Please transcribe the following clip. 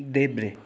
देब्रे